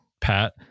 Pat